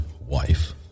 wife